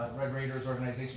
red raiders organization